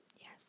Yes